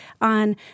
on